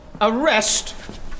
arrest